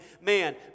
man